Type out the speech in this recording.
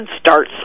start